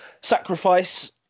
sacrifice